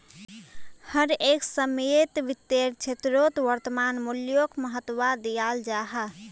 हर एक समयेत वित्तेर क्षेत्रोत वर्तमान मूल्योक महत्वा दियाल जाहा